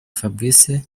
fabrice